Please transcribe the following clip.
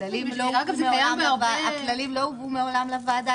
זה קיים בהרבה --- הכללים מעולם לא הובאו לוועדה,